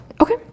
Okay